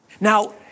Now